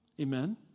Amen